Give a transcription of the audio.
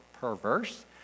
perverse